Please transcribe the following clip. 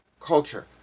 culture